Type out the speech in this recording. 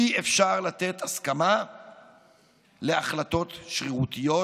אי-אפשר לתת הסכמה להחלטות שרירותיות,